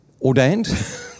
ordained